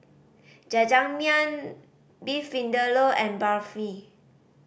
Jajangmyeon Beef Vindaloo and Barfi